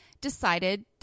decided